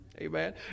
Amen